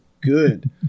good